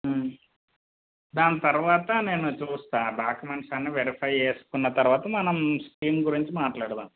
దాని తరువాత నేను చూస్తాను డాక్యుమెంట్స్ అన్నీ వెరిఫై చేసుకున్న తరువాత మనం స్కీమ్ గురించి మాట్లాడదాము